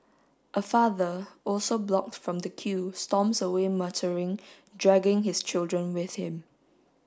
a father also blocked from the queue storms away muttering dragging his children with him